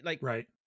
Right